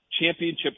championship